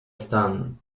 stand